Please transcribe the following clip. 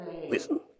Listen